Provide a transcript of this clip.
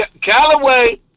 Callaway